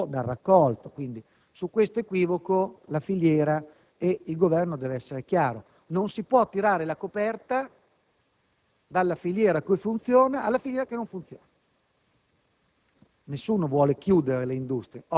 a distanza di poco tempo dal raccolto. Quindi, sull'equivoco della filiera il Governo deve essere chiaro. Non si può tirare la coperta dalla filiera che funziona alla filiera che non funziona.